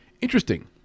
Interesting